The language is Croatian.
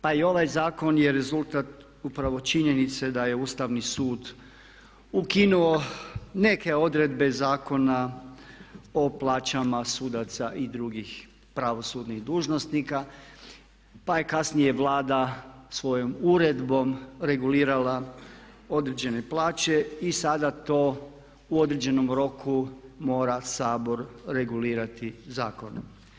Pa i ovaj zakon je rezultat upravo činjenice da je Ustavni sud ukinuo neke odredbe Zakona o plaćama sudaca i drugih pravosudnih dužnosnika pa je kasnije Vlada svojom uredbom regulirala određene plaće i sada to u određenom roku mora Sabor regulirati zakonom.